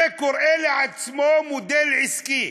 וקורא לעצמו מודל עסקי?